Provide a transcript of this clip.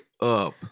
up